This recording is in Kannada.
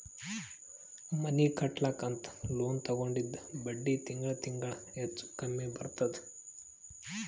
ಮನಿ ಕಟ್ಲಕ್ ಅಂತ್ ಲೋನ್ ತಗೊಂಡಿದ್ದ ಬಡ್ಡಿ ತಿಂಗಳಾ ತಿಂಗಳಾ ಹೆಚ್ಚು ಕಮ್ಮಿ ಬರ್ತುದ್